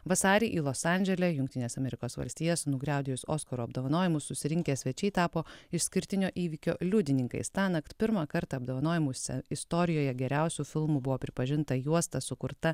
vasarį į los andžele jungtines amerikos valstijas nugriaudėjus oskarų apdovanojimus susirinkę svečiai tapo išskirtinio įvykio liudininkais tąnakt pirmą kartą apdovanojimuose istorijoje geriausiu filmu buvo pripažinta juosta sukurta